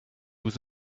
was